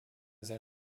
sehr